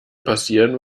passieren